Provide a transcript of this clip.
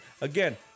Again